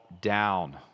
down